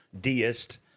deist